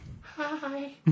Hi